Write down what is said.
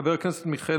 חבר הכנסת מיכאל